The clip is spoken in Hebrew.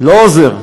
לא עוזר.